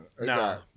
No